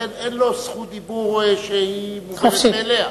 ולכן אין לו זכות דיבור שמובנת מאליה.